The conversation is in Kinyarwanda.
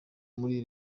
muri